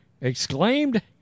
exclaimed